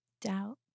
doubt